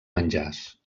menjars